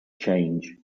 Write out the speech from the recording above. change